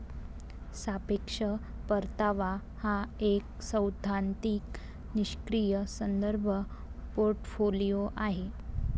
सापेक्ष परतावा हा एक सैद्धांतिक निष्क्रीय संदर्भ पोर्टफोलिओ आहे